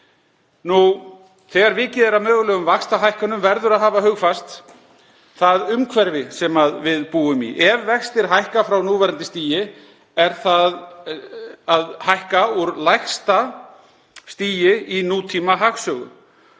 Þegar vikið er að mögulegum vaxtahækkunum verður að hafa hugfast það umhverfi sem við búum í. Ef vextir hækka frá núverandi stigi hækkar stigið úr lægsta stigi í nútímahagsögu.